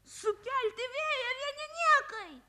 sukelti vėją vieni niekai